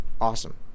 awesome